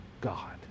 God